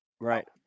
Right